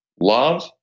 love